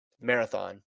marathon